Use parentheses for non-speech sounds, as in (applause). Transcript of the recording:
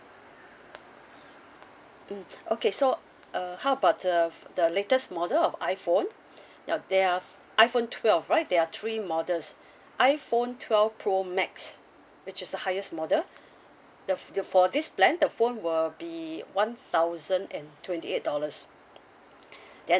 mm (breath) okay so uh how about the f~ the latest model of iphone (breath) now there are f~ iphone twelve right there are three models (breath) iphone twelve pro max which is the highest model (breath) the f~ the for this plan the phone will be one thousand and twenty eight dollars (breath) then